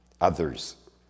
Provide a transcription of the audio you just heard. Others